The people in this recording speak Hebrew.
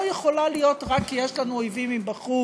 לא יכולה להיות רק כי יש לנו אויבים מבחוץ,